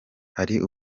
hari